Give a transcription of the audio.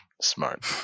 smart